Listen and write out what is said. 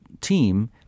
team